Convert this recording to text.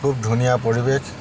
খুব ধুনীয়া পৰিৱেশ